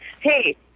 Hey